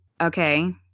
Okay